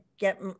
get